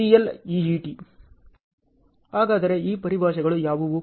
ಹಾಗಾದರೆ ಈ ಪರಿಭಾಷೆಗಳು ಯಾವುವು